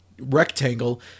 rectangle